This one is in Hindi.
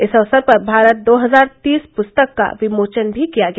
इस अवसर पर भारत दो हजार तीस पुस्तक का विमोचन भी किया गया